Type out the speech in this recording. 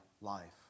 life